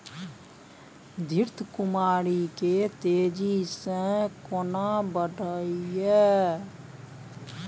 घृत कुमारी के तेजी से केना बढईये?